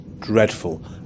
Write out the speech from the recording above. Dreadful